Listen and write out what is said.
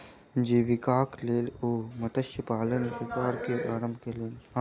जीवीकाक लेल ओ मत्स्य पालनक व्यापार के आरम्भ केलैन